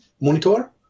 monitor